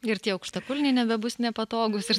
ir tie aukštakulniai nebebus nepatogūs ir